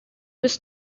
was